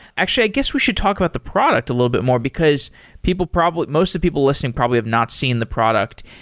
actually, i guess we should talk about the product a little bit more, because people probably most the people listening probably have not seen the product.